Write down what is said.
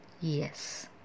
Yes